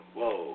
Whoa